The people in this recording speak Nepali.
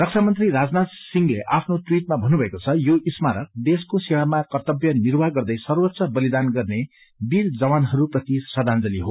रक्षामंत्रीा राजनाथसिंहले आफ्नो टवीटमा भन्नुभएको छ यो स्मारक देशको सेवामा कर्त्तव्य निर्वहन गर्दै सर्वोच्च बलिदान गर्ने वीर जवानहरूलाई श्रदाजंली हो